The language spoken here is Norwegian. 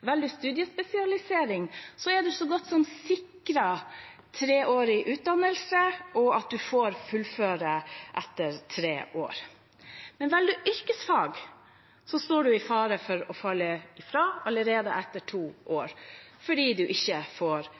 Velger man studiespesialisering, er man så godt som sikret treårig utdannelse, og at man får fullføre etter tre år. Velger man yrkesfag, står man i fare for å falle fra allerede etter to år, fordi man ikke får